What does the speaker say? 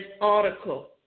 article